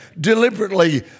deliberately